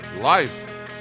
life